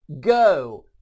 Go